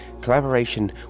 Collaboration